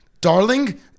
darling